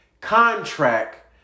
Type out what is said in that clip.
contract